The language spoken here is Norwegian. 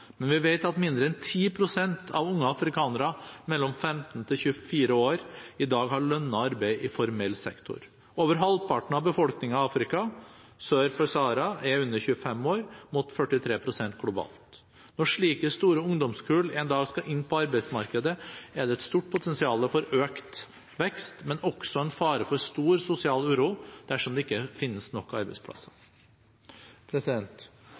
men vi vet at mindre enn 10 pst. av unge afrikanere mellom 15 og 24 år i dag har lønnet arbeid i formell sektor. Over halvparten av befolkningen i Afrika sør for Sahara er under 25 år, mot 43 pst. globalt. Når slike store ungdomskull en dag skal inn på arbeidsmarkedet, er det et stort potensial for økt vekst, men også en fare for stor sosial uro dersom det ikke finnes nok arbeidsplasser.